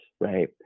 right